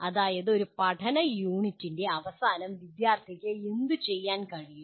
അതായത് ഒരു പഠന യൂണിറ്റിന്റെ അവസാനം വിദ്യാർത്ഥിക്ക് എന്തുചെയ്യാൻ കഴിയും